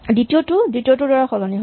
দ্বিতীয় টো দ্বিতীয়টোৰ দ্বাৰা সলনি হয়